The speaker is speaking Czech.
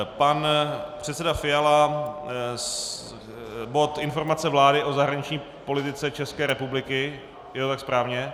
Pan předseda Fiala bod Informace vlády o zahraniční politice České republiky je to tak správně?